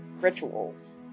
rituals